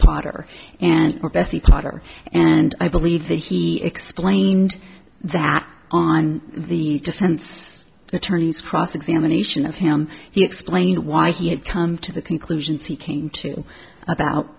potter and bessie potter and i believe that he explained that on the defense attorney's cross examination of him he explained why he had come to the conclusions he came to about